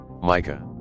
Micah